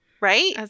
Right